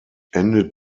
endet